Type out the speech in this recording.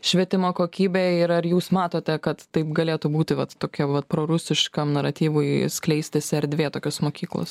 švietimo kokybę ir ar jūs matote kad taip galėtų būti vat tokia va pro rusiškam naratyvui skleistis erdvė tokios mokyklos